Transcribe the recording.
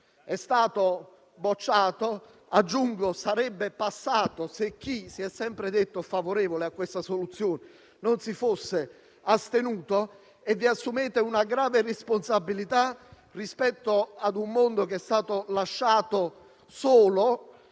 è stato respinto, ma sarebbe passato se chi si è sempre detto favorevole a questa soluzione non si fosse astenuto; vi assumete una grande responsabilità rispetto a un mondo che è stato lasciato solo